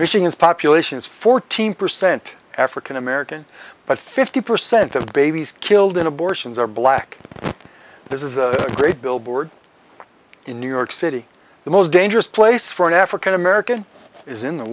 is population is fourteen percent african american but fifty percent of babies killed in abortions are black this is a great billboard in new york city the most dangerous place for an african american is in the